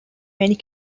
many